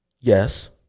Yes